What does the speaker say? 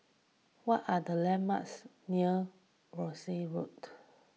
what are the landmarks near Worcester Road